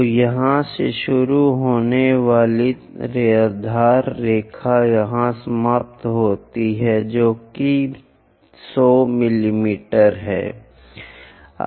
तो यहां से शुरू होने वाली आधार रेखा यहां समाप्त होती है जो कि 100 मिलीमीटर है